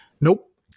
nope